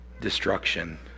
destruction